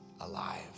alive